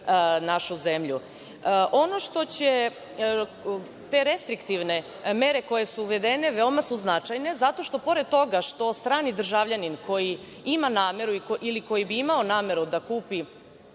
našu zemlju. Ono što će te restriktivne mere koje su uvedene veoma su značajne, zato što pored toga što strani državljanin koji ima nameru ili koji bi imao nameru da kupi